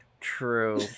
true